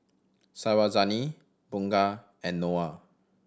Syazwani Bunga and Noah